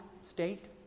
state